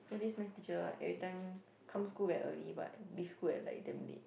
so this Math teacher every time come school very early but leave school at like damn late